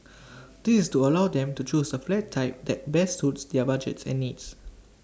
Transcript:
this is to allow them to choose the flat type that best suits their budgets and needs